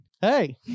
hey